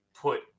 put